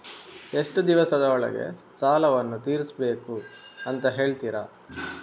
ಎಷ್ಟು ದಿವಸದ ಒಳಗೆ ಸಾಲವನ್ನು ತೀರಿಸ್ಬೇಕು ಅಂತ ಹೇಳ್ತಿರಾ?